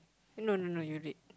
no no no you read